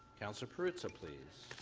counselor please but so please